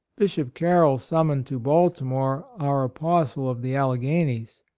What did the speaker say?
bishop carroll summoned to bal timore our apostle of the alle ghanies.